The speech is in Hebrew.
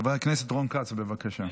חבר הכנסת רון כץ, בבקשה.